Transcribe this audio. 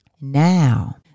now